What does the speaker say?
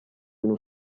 uno